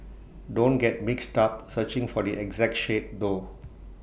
don't get mixed up searching for the exact shade though